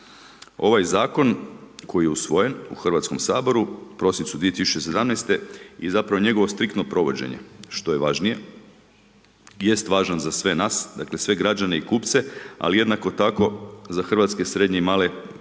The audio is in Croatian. Ovaj zakon koji je usvojen u Hrvatskom saboru u prosincu 2017. i zapravo njegovo striktno provođenje što je važnije jest važan za sve nas, dakle sve građane i kupce ali jednako tako za hrvatske srednje i male